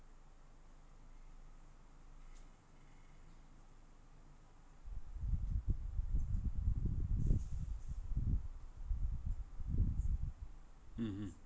mmhmm